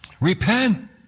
repent